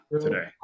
today